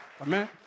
Amen